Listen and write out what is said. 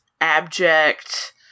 abject